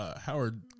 Howard